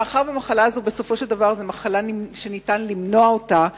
מאחר שבסופו של דבר ניתן למנוע את המחלה,